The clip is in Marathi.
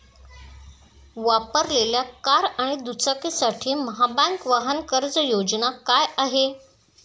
वापरलेल्या कार आणि दुचाकीसाठी महाबँक वाहन कर्ज योजना काय आहे?